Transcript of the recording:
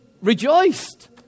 rejoiced